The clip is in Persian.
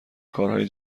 کارهای